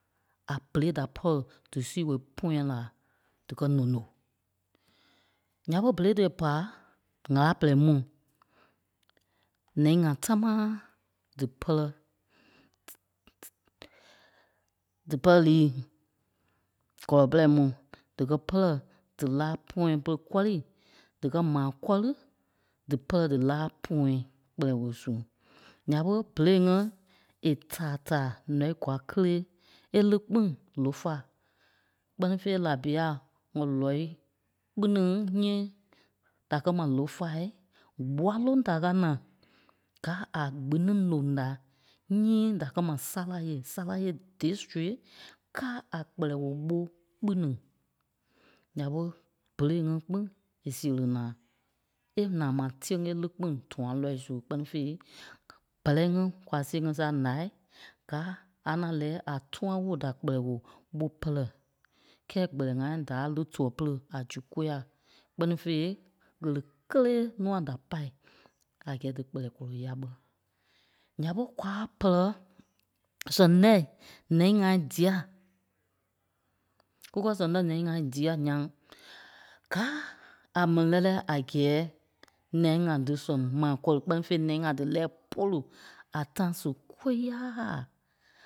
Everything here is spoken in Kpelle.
À berei da pɔ̂ri dí sîi wooi pɔ̃yɛɛi la díkɛ nono. Ǹya ɓé bêlei tí è pà ŋ̀âla pɛrɛi mu. Ǹya ɓé nɛi ŋa támaa dí pɛlɛ dí pɛlɛ liî gɔlɔ pɛrɛi mu, díkɛ pɛlɛ dílaa pɔ̃yɛɛ pere kɔ́ri díkɛ maa kɔ́ri, dí pɛlɛ dílaa pɔ̃yɛɛi Kpɛlɛɛ woo su. Ǹya ɓé bêlei ŋí è tàa taa m̀ɔii kwaa kélee é lí kpîŋ Lofa. kpɛ́ni fêi Labia ŋɔ lɔii kpinîŋ nyíii da kɛ́ ma Lofai, gbua loŋ da káa naa gáa a gbiîŋ loŋ da nyíi da kɛ ma Sâla yeei, Sâla yeei District káa a Kpɛlɛɛ woo ɓó kpinîŋ. Naa ɓé bêlei ŋí kpîŋ è sèri naa, é naa maa tìyeŋ é lí kpîŋ Dũa lɔii su. Kpɛ́ni fêi bɛ́rɛi ŋí kwa see ni sâa ǹái gáa, aâ nâa lɛ̀ɛ a tũa woo ɓó da pɛlɛɛ woo ɓó pɛrɛ. Kɛ́ɛ gbɛlɛɛ ŋai dâa lí tuɛ pere a zu kôyaa. Kpɛ́ni fêi ɣele kélee nûa da pâ a gɛ́ɛ dí Gbɛlɛɛ kɔlɔ ya ɓɛ́. Ǹya ɓé kwaa pɛlɛ sɛŋ lɛ́i nɛi ŋai dîa, ǹyaŋ gáa a mɛni lɛ́lɛɛ a gɛ́ɛ nɛi ŋa dí sɛŋ maa kɔ́ri kpɛ́ni fêi nɛni ŋa dí lɛ̀ɛ pôlu a tãi su kôyaa.